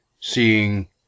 seeing